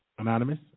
Anonymous